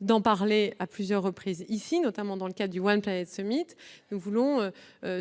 d'en parler à plusieurs reprises, notamment dans le cadre du. Nous voulons